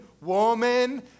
woman